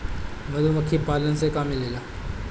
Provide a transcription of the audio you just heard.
मधुमखी पालन से का मिलेला?